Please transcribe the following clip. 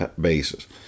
basis